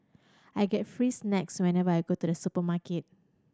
I get free snacks whenever I go to the supermarket